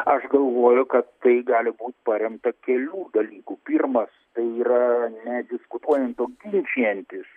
aš galvoju kad tai gali būt paremta kelių dalykų pirmas tai yra ne diskutuojant o ginčijantis